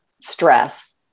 stress